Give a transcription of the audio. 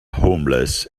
homeless